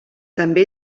també